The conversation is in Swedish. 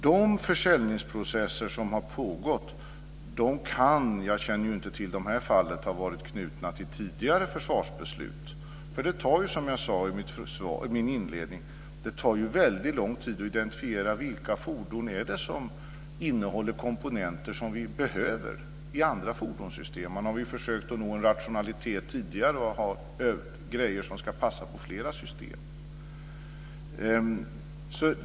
De försäljningsprocesser som har pågått kan - jag känner inte till detta fall - ha varit knutna till tidigare försvarsbeslut. Det tar, som jag sade i min inledning, väldigt lång tid att identifiera vilka fordon det är som innehåller komponenter som vi behöver i andra fordonssystem. Man har försökt att nå en rationalitet tidigare och har grejer som ska passa i flera system.